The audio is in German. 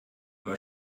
war